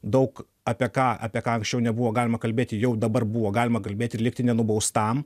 daug apie ką apie ką anksčiau nebuvo galima kalbėti jau dabar buvo galima kalbėti ir likti nenubaustam